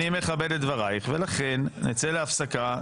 אני מכבד את דברייך ולכן נצא להפסקה,